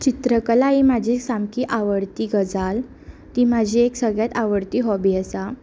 चित्रकला ही म्हजी सामकी आवडटी गजाल ती म्हाजी एक सगळ्यांत आवडती हॉबी आसा